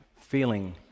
feeling